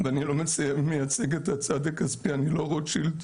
לא מייצג את הצד הכספי, אני לא רוטשילד.